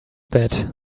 bed